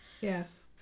Yes